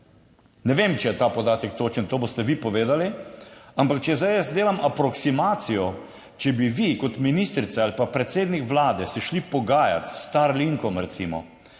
Ne vem, če je ta podatek točen, to boste vi povedali, ampak če jaz zdaj delam aproksimacijo, če bi se šli vi kot ministrica ali pa predsednik Vlade pogajat recimo